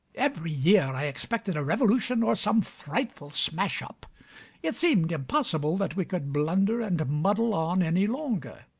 every year i expected a revolution, or some frightful smash-up it seemed impossible that we could blunder and muddle on any longer.